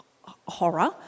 horror